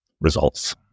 results